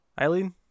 Eileen